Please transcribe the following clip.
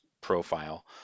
profile